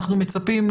אנחנו מצפים,